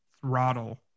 throttle